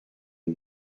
une